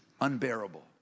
unbearable